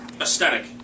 Aesthetic